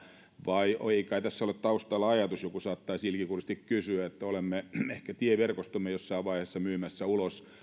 vai ei kai tässä ole taustalla ajatus joku saattaisi ilkikurisesti kysyä että olemme ehkä tieverkostomme jossain vaiheessa myymässä ulos